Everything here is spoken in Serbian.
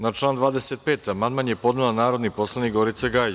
Na član 25. amandman je podnela narodni poslanik Gorica Gajić.